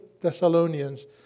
Thessalonians